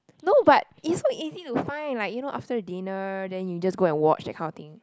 no but is so easy to find like you know after dinner then you just go and watch that kind of thing